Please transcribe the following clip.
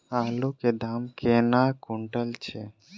आलु केँ दाम केना कुनटल छैय?